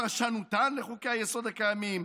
פרשנותם לחוקי-היסוד הקיימים,